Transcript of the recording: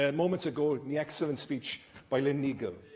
and moments ago, in the excellent speech by lynne neagle,